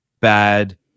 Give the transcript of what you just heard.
bad